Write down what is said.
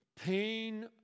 pain